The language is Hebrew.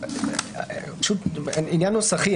עניין נוסחי.